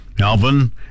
Alvin